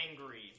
angry